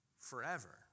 forever